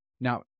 Now